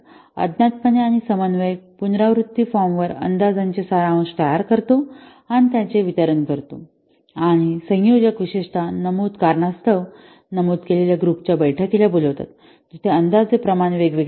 अज्ञातपणे आणि समन्वयक पुनरावृत्ती फॉर्मवर अंदाजाचे सारांश तयार करतो आणि त्याचे वितरण करतो आणि संयोजक विशेषत नमूद कारणास्तव नमूद केलेल्या ग्रुपच्या बैठकीला बोलावतात जेथे अंदाजे प्रमाण वेगवेगळे असते